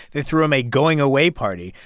they threw him a going away party.